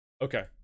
okay